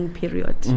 period